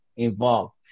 Involved